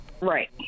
Right